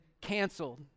canceled